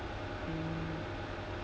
mm